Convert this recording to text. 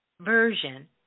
version